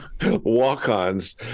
walk-ons